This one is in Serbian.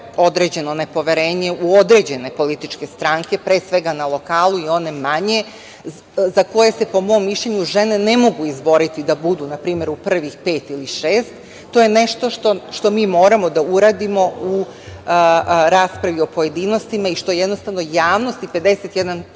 određeno nepoverenje u određene političke stranke, pre svega na lokalu i one manje za koje se, po mom mišljenju, žene ne mogu izboriti da budu na primer u prvih pet ili šest. To je nešto što mi moramo da uradimo u raspravi o pojedinostima i što, jednostavno, javnost i 51